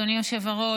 אדוני היושב-ראש,